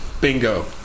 Bingo